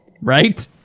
right